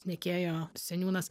šnekėjo seniūnas